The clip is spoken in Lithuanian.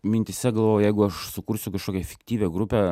mintyse galvojau jeigu aš sukursiu kažkokią fiktyvią grupę